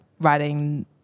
writing